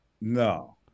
No